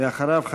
ואחריו,